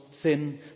sin